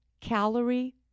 calorie